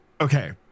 Okay